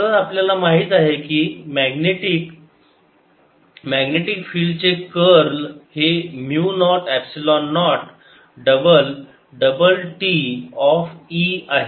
तर आपल्याला माहित आहे कि मॅग्नेटिक मॅग्नेटिक फिल्ड चे कर्ल हे mu naught epsilon naught double double t of E आहे